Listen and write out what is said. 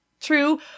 true